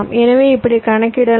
எனவே இப்படி கணக்கிடலாம்